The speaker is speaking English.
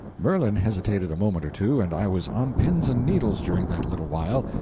merlin hesitated a moment or two, and i was on pins and needles during that little while.